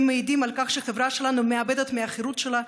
הם מעידים על כך שהחברה שלנו מאבדת מהחירות שלה,